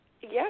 Yes